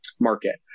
market